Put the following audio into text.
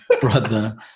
brother